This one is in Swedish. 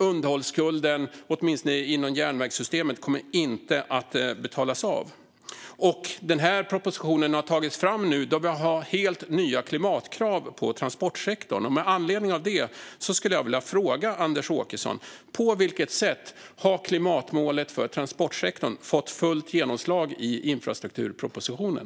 Underhållsskulden, åtminstone inom järnvägssystemet, kommer inte att betalas av. Propositionen har tagits fram nu, då vi har helt nya klimatkrav på transportsektorn. Med anledning av det skulle jag vilja fråga Anders Åkesson: På vilket sätt har klimatmålet för transportsektorn fått fullt genomslag i infrastrukturpropositionen?